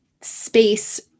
space